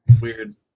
weird